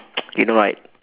you know right